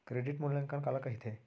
Credit मूल्यांकन काला कहिथे?